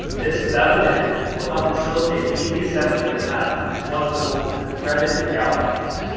this beveled end will help facilitate easy assembly of the nut once the bolts have been threaded and galvanized.